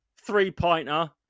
three-pointer